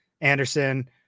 Anderson